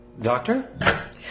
Doctor